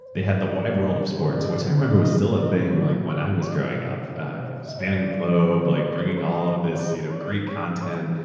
they had the wide world of sports which i remember was still a thing like when i was growing up, like spanning the globe, like bringing all of this seat of great content,